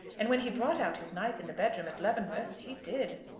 and when he brought out his knife in the bedroom at leavenworth he did.